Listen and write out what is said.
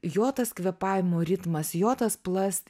jo tas kvėpavimo ritmas jo tas plast